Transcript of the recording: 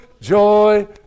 joy